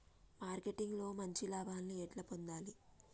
Marketing లో మంచి లాభాల్ని ఎట్లా పొందాలి?